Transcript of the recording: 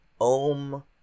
om